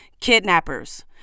kidnappers